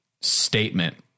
statement